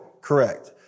Correct